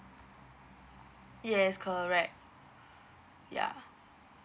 yes correct ya